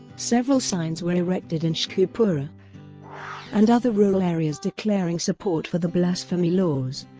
several signs were erected in sheikhupura and other rural areas declaring support for the blasphemy laws,